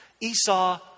Esau